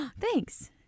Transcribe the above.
thanks